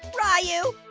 rye-you.